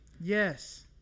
Yes